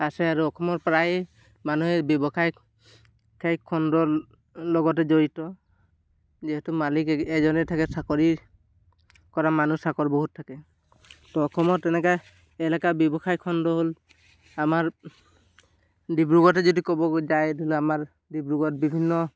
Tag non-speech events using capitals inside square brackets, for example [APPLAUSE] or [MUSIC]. আছে আৰু অসমৰ প্ৰায়ে মানুহে ব্যৱসায় [UNINTELLIGIBLE] খণ্ডৰ লগতে জড়িত যিহেতু মালিক এজনেই থাকে চাকৰিৰ কৰা মানুহ চাকৰ বহুত থাকে তো অসমত তেনেকৈ এলেকা ব্যৱসায় খণ্ড হ'ল আমাৰ ডিব্ৰুগড়তে যদি ক'ব যায় ধৰি লওক আমাৰ ডিব্ৰুগড়ত বিভিন্ন